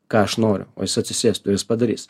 ką aš noriu o jis atsisėstų ir jis padarys